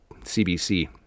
CBC